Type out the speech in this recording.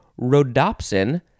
rhodopsin